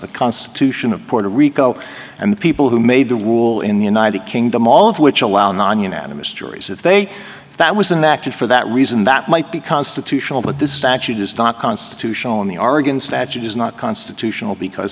the constitution of puerto rico and the people who made the rule in the united kingdom all of which allow non unanimous juries if they thought was inactive for that reason that might be constitutional but this statute is not constitutional in the oregon statute is not constitutional because